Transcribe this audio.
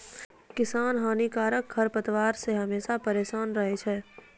किसान हानिकारक खरपतवार से हमेशा परेसान रहै छै